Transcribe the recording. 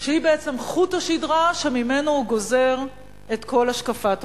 שהיא בעצם חוט השדרה שממנו הוא גוזר את כל השקפת עולמו.